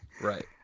right